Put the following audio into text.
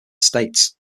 states